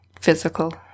physical